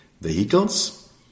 vehicles